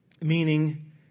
meaning